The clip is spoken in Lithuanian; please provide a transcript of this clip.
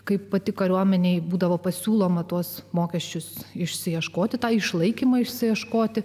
kaip pati kariuomenei būdavo pasiūloma tuos mokesčius išsiieškoti tą išlaikymą išsiieškoti